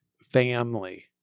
family